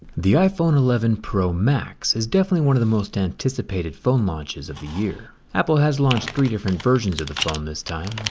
the iphone eleven pro max is definitely one of the most anticipated phone launches of the year. apple has launched three different versions of the phone this time